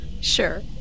sure